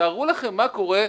תארו לכם מה קורה,